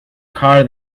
car